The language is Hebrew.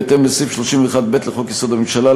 בהתאם לסעיף 31(ב) לחוק-יסוד: הממשלה,